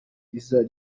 ryiza